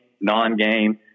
non-game